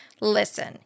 Listen